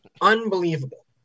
unbelievable